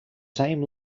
same